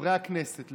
חברי הכנסת,